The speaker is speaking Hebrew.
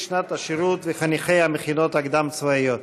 שנת שירות וחניכי המכינות הקדם-צבאיות,